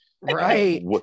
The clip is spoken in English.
Right